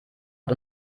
hat